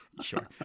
sure